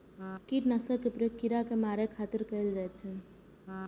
कीटनाशक के प्रयोग कीड़ा कें मारै खातिर कैल जाइ छै